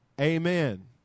amen